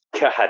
god